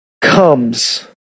comes